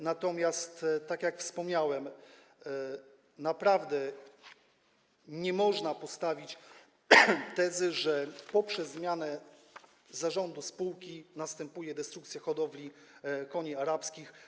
Natomiast, tak jak wspomniałem, naprawdę nie można postawić tezy, że poprzez zmianę zarządu spółki następuje destrukcja hodowli koni arabskich.